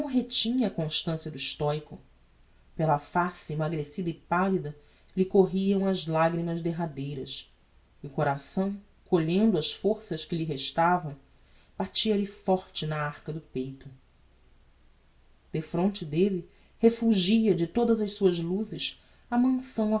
retinha a constancia do stoico pela face emmagrecida e pallida lhe corriam as lagrimas derradeiras e o coração colhendo as forças que lhe restavam batia-lhe forte na arca do peito defronte delle refulgia de todas as suas luzes a mansão